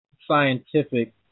scientific